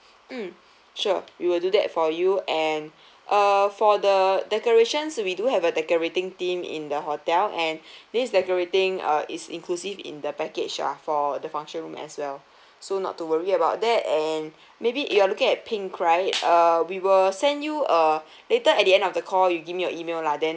mm sure we will do that for you and uh for the decorations we do have a decorating team in the hotel and this decorating uh is inclusive in the package ah for the function room as well so not to worry about that and maybe you're looking at pink right uh we will send you uh later at the end of the call you give me your email lah then